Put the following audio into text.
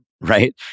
right